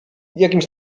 jakimś